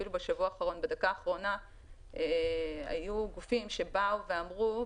בדקה האחרונה היו גופים שאמרו,